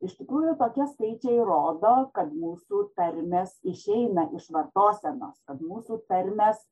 iš tikrųjų tokie skaičiai rodo kad mūsų tarmės išeina iš vartosenos kad mūsų tarmės